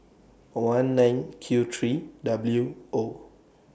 one nine Q three W O